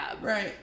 Right